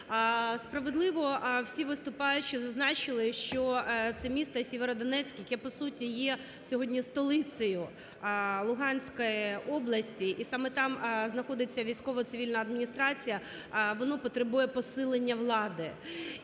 Справедливо всі виступаючі зазначили, що це місто Сєвєродонецьк, яке по суті є сьогодні столицею Луганської області, і саме там знаходиться військово-цивільна адміністрація, воно потребує посилення влади.